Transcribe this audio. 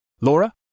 Laura